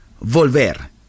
Volver